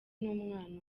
n’umwana